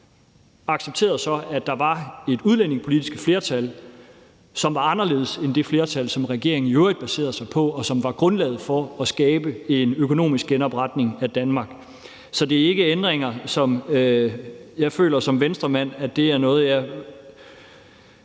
accepterede så, at der var et udlændingepolitisk flertal, som var anderledes end det flertal, som regeringen i øvrigt baserede sig på, og som var grundlaget for at skabe en økonomisk genopretning af Danmark. Så det er ikke ændringer, som jeg som Venstremand føler ligger mig